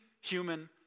human